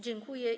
Dziękuję.